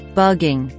bugging